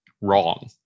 wrong